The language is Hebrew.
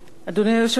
אדוני היושב-ראש,